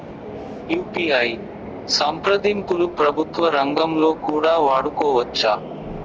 UPI సంప్రదింపులు ప్రభుత్వ రంగంలో కూడా వాడుకోవచ్చా?